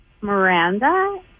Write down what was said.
Miranda